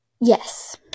yes